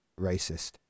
racist